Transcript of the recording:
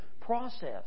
process